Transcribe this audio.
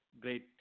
great